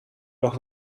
nog